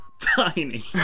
tiny